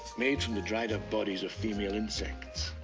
made from the dried-up bodies of female insects.